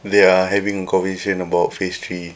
they are having confusion about phase three